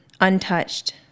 untouched